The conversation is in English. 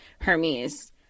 Hermes